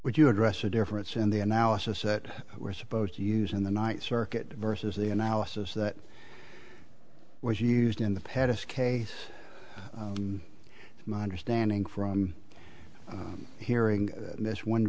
would you address a difference in the analysis that we're supposed to use in the night circuit versus the analysis that was used in the pettus case my understanding from hearing this one